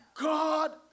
God